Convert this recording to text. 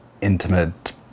intimate